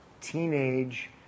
teenage